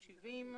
השירות.